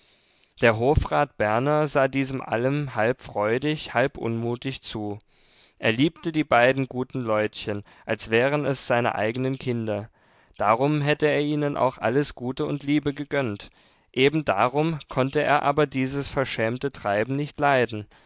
der hofrat berner sah diesem allem halb freudig halb unmutig zu er liebte die beiden guten leutchen als wären es seine eigenen kinder darum hätte er ihnen auch alles gute und liebe gegönnt eben darum konnte er aber dieses verschämte treiben nicht leiden